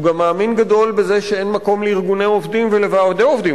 הוא גם מאמין גדול בזה שאין מקום לארגוני עובדים ולוועדי עובדים.